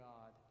God